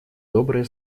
добрые